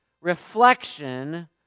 reflection